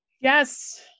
Yes